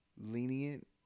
lenient